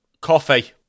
Coffee